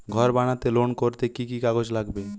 ঘর বানাতে লোন করতে কি কি কাগজ লাগবে?